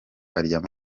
aryama